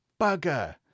bugger